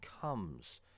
comes